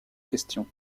question